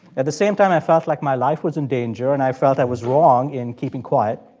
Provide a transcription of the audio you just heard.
at the same time, i felt like my life was in danger, and i felt i was wrong in keeping quiet.